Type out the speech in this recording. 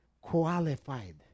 qualified